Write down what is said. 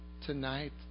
tonight